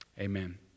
Amen